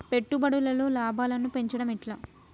పెట్టుబడులలో లాభాలను పెంచడం ఎట్లా?